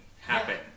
happen